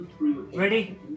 Ready